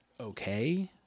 okay